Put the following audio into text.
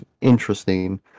interesting